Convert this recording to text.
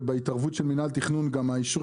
ובהתערבות של מינהל התכנון גם האישור